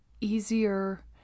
easier